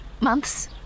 months